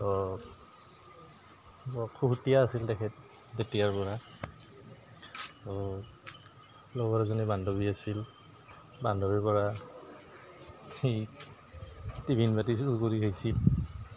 ত বৰ খুহুতীয়া আছিল তেখেত তেতিয়াৰ পৰা আৰু লগৰ এজনী বান্ধৱী আছিল বান্ধৱীৰ পৰা সি টিফিন বাতি চুৰ কৰি খাইছিল